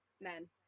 men